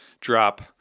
drop